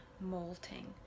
molting